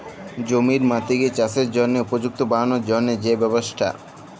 জমির মাটিকে চাসের জনহে উপযুক্ত বানালর জন্হে যে ব্যবস্থা